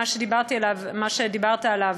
מה שדיברת עליו,